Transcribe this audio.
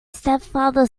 stepfather